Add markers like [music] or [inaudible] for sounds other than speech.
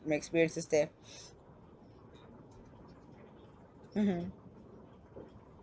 experiences there [noise] mmhmm